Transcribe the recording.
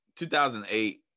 2008